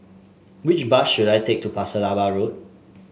which bus should I take to Pasir Laba Road